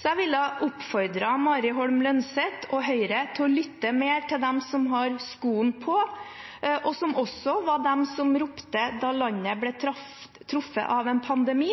jeg vil oppfordre Mari Holm Lønseth og Høyre til å lytte mer til dem som har skoen på, og som også ropte da landet ble truffet av en pandemi.